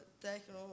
techno